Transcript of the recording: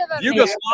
Yugoslavia